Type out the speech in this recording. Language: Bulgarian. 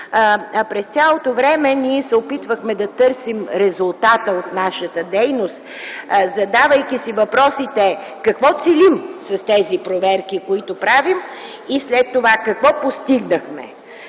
През цялото време ние се опитвахме да търсим резултата от нашата дейност, задавайки си въпросите – какво целим с тези проверки, които правим? И след това – какво постигнахме?